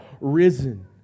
risen